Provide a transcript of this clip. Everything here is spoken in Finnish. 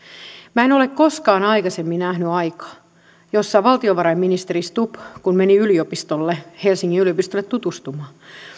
minä en ole koskaan aikaisemmin nähnyt tällaista aikaa kuin nyt kun valtiovarainministeri stubb meni helsingin yliopistolle tutustumaan